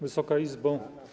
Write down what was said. Wysoka Izbo!